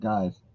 Guys